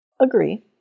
Agree